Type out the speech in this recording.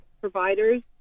providers